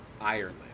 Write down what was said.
Ireland